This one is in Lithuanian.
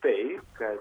tai kad